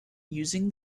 using